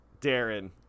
Darren